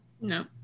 No